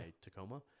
Tacoma